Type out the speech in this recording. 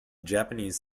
japanese